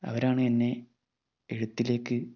അവരാണ് എന്നെ എഴുത്തിലേക്ക്